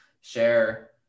share